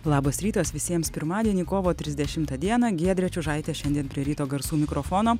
labas rytas visiems pirmadienį kovo trisdešimtą dieną giedrė čiužaitė šiandien prie ryto garsų mikrofono